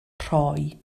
rhoi